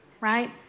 right